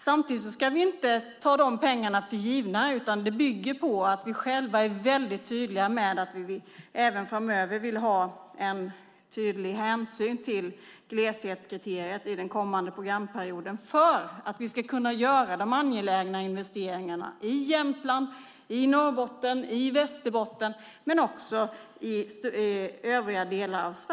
Samtidigt ska vi inte ta de pengarna för givna, utan det bygger på att vi själva även framöver vill ha tydlig hänsyn till gleshetskriteriet i den kommande programperioden för att vi ska kunna göra angelägna investeringar i Jämtland, Norrbotten, Västerbotten och i övriga delar av Sverige.